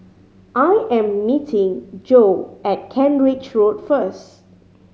I am meeting Jo at Kent Ridge Road first